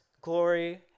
glory